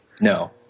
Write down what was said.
No